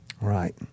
Right